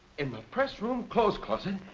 in the press room clothes closet